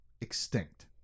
extinct